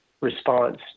response